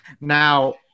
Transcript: Now